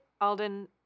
Alden